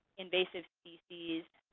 invasive species,